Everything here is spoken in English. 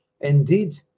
Indeed